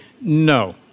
No